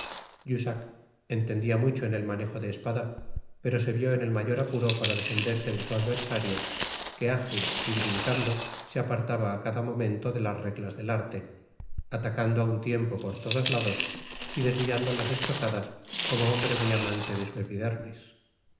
jussac entendia mucho en el manejo de espada pero se vió en el mayor n content from google book search generated at apuro para defenderse de su adversario que ágil y brincando se apartaba á cada momento de las reglas del arte atacando á un tiempo por todos lados y desviando las estocadas como hombre muy amante de su epidermis